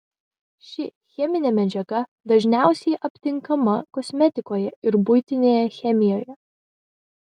ši cheminė medžiaga dažniausiai aptinkama kosmetikoje ir buitinėje chemijoje